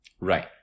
right